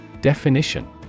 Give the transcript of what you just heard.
Definition